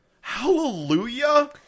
Hallelujah